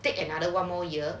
pick another one more year